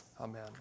Amen